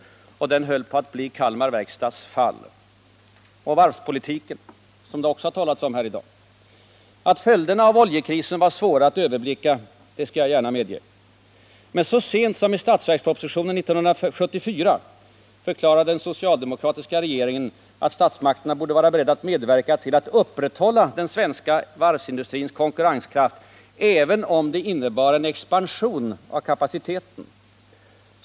Den höll på att bli Kalmar Verkstads fall. Och varvspolitiken, som det också har talats om här i dag! Att följderna av oljekrisen var svåra att överblicka skall gärna medges. Men så sent som i statsverkspropositionen 1974 förklarade den socialdemokratiska regeringen att statsmakterna borde vara beredda att medverka till att upprätthålla den svenska varvsindustrins konkurrenskraft, även om det innebar en expansion av kapaciteten.